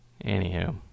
anywho